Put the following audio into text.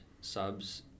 subs